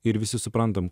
ir visi suprantam